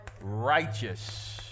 righteous